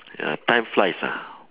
ya time flies ah